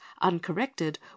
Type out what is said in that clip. uncorrected